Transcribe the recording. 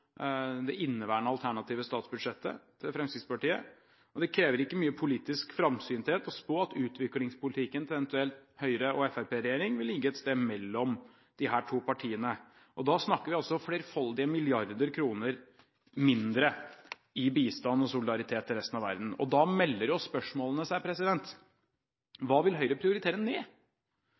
inneværende alternative statsbudsjett, og det krever ikke mye politisk framsynthet å spå at utviklingspolitikken til en eventuell Høyre/FrP-regjering vil ligge et sted mellom disse to partiene – og da snakker vi altså om flerfoldige milliarder kroner mindre i bistand til og solidaritet overfor resten av verden. Da melder jo spørsmålene seg: Hva vil Høyre prioritere ned?